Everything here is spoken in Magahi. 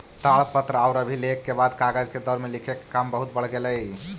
ताड़पत्र औउर अभिलेख के बाद कागज के दौर में लिखे के काम बहुत बढ़ गेलई